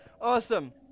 Awesome